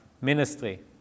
ministry